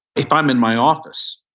if i'm in my office,